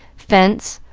fence,